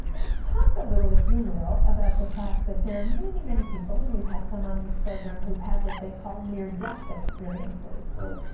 talk a little if you will about the fact that there are many, many people and we've had some on this program who have had what they call near death experiences. right.